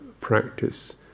practice